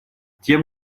тем